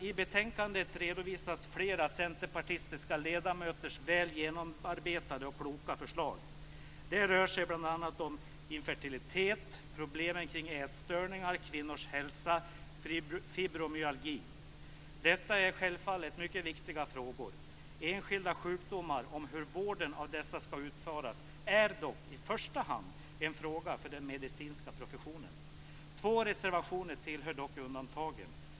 I betänkandet redovisas flera centerpartistiska ledamöters väl genomarbetade och kloka förslag. Det rör sig bl.a. om infertilitet, problemen kring ätstörningar, kvinnors hälsa och fibromyalgi. Detta är självfallet mycket viktiga frågor. Enskilda sjukdomar och hur vården av dessa skall utföras är dock i första hand en fråga för den medicinska professionen. Två reservationer tillhör dock undantagen.